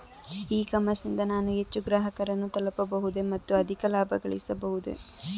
E commerce ನಿಂದ ನಾನು ಹೆಚ್ಚು ಗ್ರಾಹಕರನ್ನು ತಲುಪಬಹುದೇ ಮತ್ತು ಅಧಿಕ ಲಾಭಗಳಿಸಬಹುದೇ?